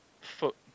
foot